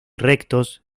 rectos